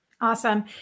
Awesome